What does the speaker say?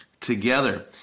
together